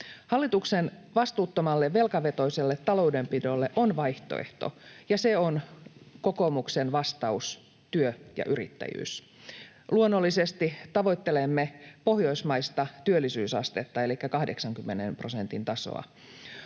Hallituksen vastuuttomalle velkavetoiselle taloudenpidolle on vaihtoehto, ja se on kokoomuksen vastaus, työ ja yrittäjyys. Luonnollisesti tavoittelemme pohjoismaista työllisyysastetta elikkä 80 prosentin tasoa.